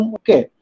okay